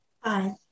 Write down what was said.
Hi